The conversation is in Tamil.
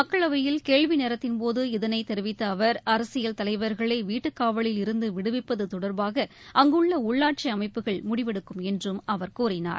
மக்களவையில் கேள்வி நேரத்தின்போது இதனை தெரிவித்த அவர் அரசியல் தலைவர்களை வீட்டுக்காவலில் இருந்து விடுவிப்பது தொடர்பாக அங்குள்ள உள்ளாட்சி அமைப்புகள் முடிவெடுக்கும் என்றும் அவர் கூறினார்